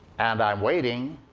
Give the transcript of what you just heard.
and i'm waiting.